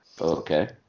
okay